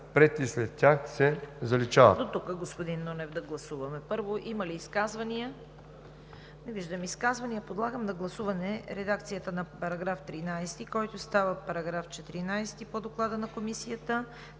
пред и след тях се заличават.“